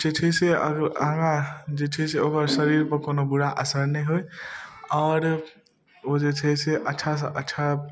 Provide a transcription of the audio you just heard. जे छै से आगाँ जे छै से ओकर शरीरपर कोनो बुरा असरि नहि होइ आओर ओ जे छै से अच्छासँ अच्छा